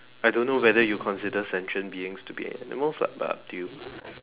I don't know whether you consider sentient beings to be animals lah but up to you